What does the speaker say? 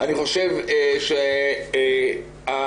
מה